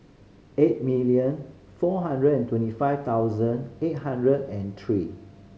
eight million four hundred and twenty five thousand eight hundred and three